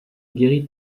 gary